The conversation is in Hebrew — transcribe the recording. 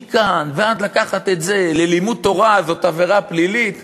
מכאן ועד לקחת את זה ל"לימוד תורה זאת עבירה פלילית"